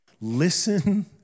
listen